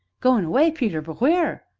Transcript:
goin' away, peter but wheer?